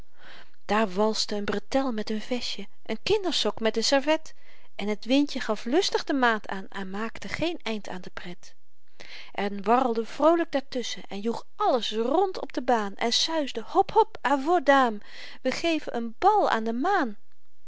daar walste een bretel met een vestje een kindersok met een servet en t windje gaf lustig de maat aan en maakte geen eind aan de pret en warrelde vroolyk daartusschen en joeg alles rond op de baan en suisde hop hop à vos dames wy geven een bal aan de maan